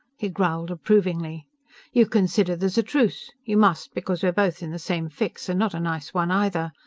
he growled approvingly you consider there's a truce. you must, because we're both in the same fix, and not a nice one, either.